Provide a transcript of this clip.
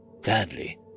Sadly